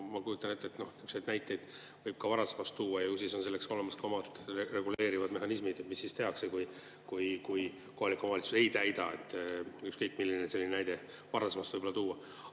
ma kujutan ette, et selliseid näiteid võib ka varasemast tuua ja ju siis on selleks olemas omad reguleerivad mehhanismid, mis siis [käivitatakse], kui kohalik omavalitsus ei täida neid. Ükskõik milline selline näide varasemast võib olla tuua.